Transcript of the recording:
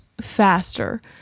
faster